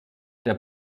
der